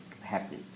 happy